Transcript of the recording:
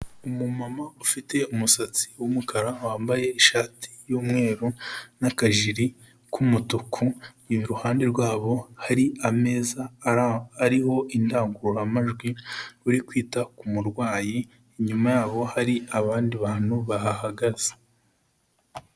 Umumama ufite umusatsi w'umukara, wambaye ishati y'umweru n'akajiri k'umutuku, iruhande rwabo hari ameza ariho indangururamajwi, uri kwita ku murwayi, inyuma yabo hari abandi bantu bahahagaze.